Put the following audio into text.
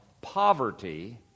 poverty